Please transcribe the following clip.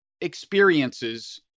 experiences